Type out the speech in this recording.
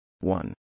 one